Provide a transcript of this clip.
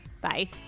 Bye